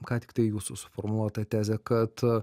ką tik tai jūsų suformuota tezė kad